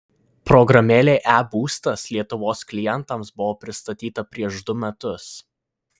programėlė e būstas lietuvos klientams buvo pristatyta prieš du metus